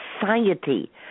society